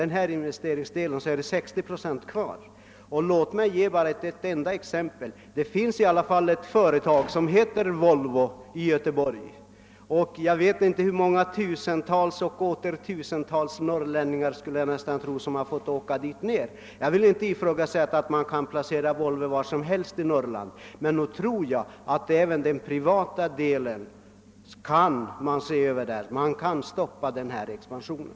Man kan ju börja med att flytta en del av dessa 60 procent som är kvar. Låt mig nämna ett enda exempel. Det finns i Göteborg ett företag som heter Volvo. Jag vet inte hur många tusen och åter tusen norrlänningar som fått åka dit ner och arbeta där. Jag vill inte påstå att man kunde placera Volvo var som helst i Norrland, men nog tror jag att man kunde se över även den privata delen. Man kan stoppa expansionen.